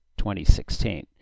2016